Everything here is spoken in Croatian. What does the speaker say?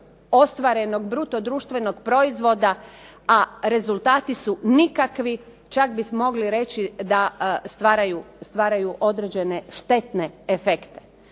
ostvarenog bruto društvenog proizvoda, a rezultati su nikakvi. Čak bismo mogli reći da stvaraju određene štetne efekte.